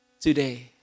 today